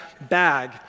bag